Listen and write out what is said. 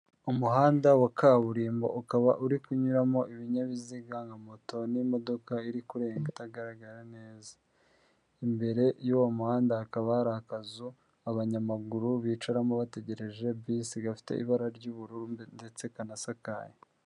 Umuhanda wa kaburimbo ukaba uri kunyuramo ibinyabiziga nka moto n'imodoka iri kure itagaragara neza, imbere y'uwo muhanda hakaba hari akazu abanyamaguru bicaramo bategereje bisi gafite ibara ry'ubururu ndetse kanasakaye.